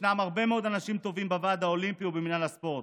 ישנם הרבה מאוד אנשים טובים בוועד האולימפי ובמינהל הספורט,